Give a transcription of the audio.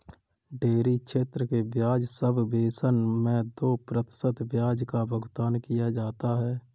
dairy क्षेत्र के ब्याज सबवेसन मैं दो प्रतिशत ब्याज का भुगतान किया जाता है